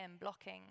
blocking